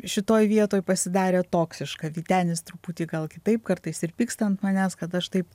šitoj vietoj pasidarė toksiška vytenis truputį gal kitaip kartais ir pyksta ant manęs kad aš taip